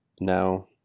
now